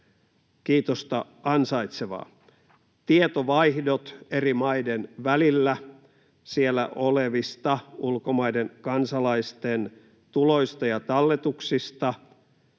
kiitosta ansaitsevaa. Tietovaihdot eri maiden välillä siellä olevista ulkomaiden kansalaisten tuloista ja talletuksista